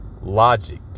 logic